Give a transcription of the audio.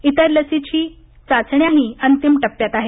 इतर लसीही चाचणीच्या अंतिम टप्प्यात आहेत